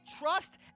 trust